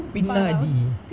பின்னாடி:pinnaadi